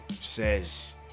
says